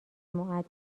مودب